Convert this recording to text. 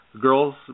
girls